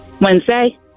Wednesday